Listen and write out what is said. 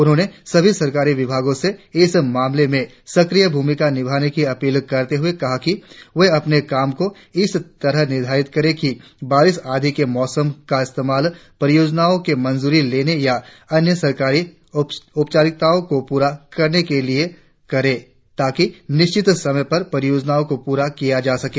उन्होंने सभी सरकारी विभागों से इस मामले में सक्रिय भूमिका निभाने की अपील करते हुए कहा कि वे अपने काम को इस तरह निर्धारित करे की बारिश आदि के मौसम का इस्तेमाल परियोजनाओं के मंजूरी लेने या अन्य सरकारी ओपचारिकताओं को प्ररा करने के लिए करे ताकि निश्चित समय पर परियोजनाओं को पूरा किया जा सके